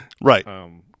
right